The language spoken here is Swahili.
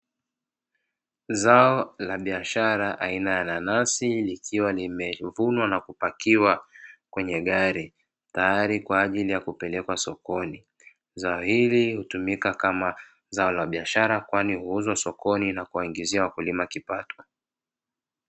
Zao la biashara aina ya nanasi, likiwa limevunwa na kupakiwa kwenye gari tayari kwa ajili ya kupelekwa sokoni. Zao hili hutumika kama zao la biashara kwani huuzwa sokoni na kuwapatia wakulima kipato.